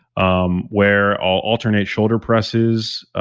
um where i'll alternate shoulder presses,